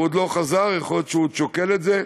הוא עוד לא חזר, יכול להיות שהוא עוד שוקל את זה.